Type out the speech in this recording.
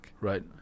Right